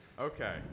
Okay